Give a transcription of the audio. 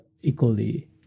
equally